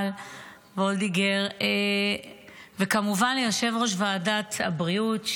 מיכל וולדיגר, וכמובן ליושב-ראש ועדת הבריאות,